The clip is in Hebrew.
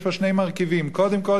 יש לו שני מרכיבים: קודם כול,